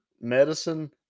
medicine